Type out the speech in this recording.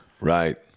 right